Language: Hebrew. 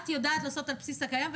את יודעת לעשות על בסיס הקיים,